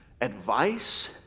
advice